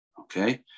Okay